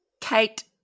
Kate